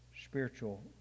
Spiritual